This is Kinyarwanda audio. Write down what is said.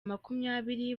makumyabiri